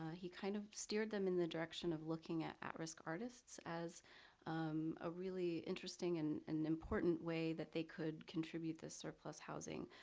he kind of steered them in the direction of looking at at-risk artists as a really interesting and and important way that they could contribute this surplus housing.